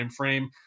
timeframe